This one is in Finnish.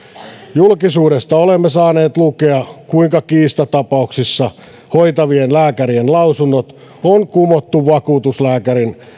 julkisuudesta olemme saaneet lukea kuinka kiistatapauksissa hoitavien lääkärien lausunnot on kumottu vakuutuslääkärin